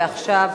ועכשיו